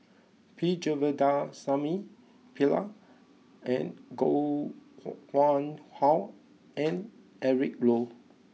P Govindasamy Pillai and Koh Nguang How and Eric Low